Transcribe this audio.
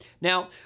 Now